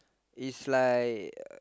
it's like